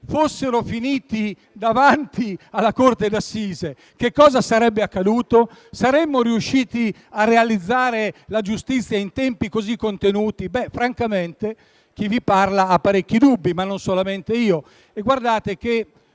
fossero finiti davanti alla corte d'assise, cosa sarebbe accaduto? Saremmo riusciti a realizzare la giustizia in tempi così contenuti? Francamente chi vi parla ha parecchi dubbi, ma non solamente io. Colleghi,